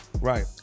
Right